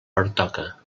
pertoca